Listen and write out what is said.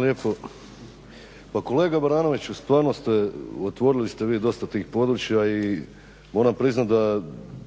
lijepo.